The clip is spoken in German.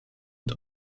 und